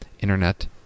internet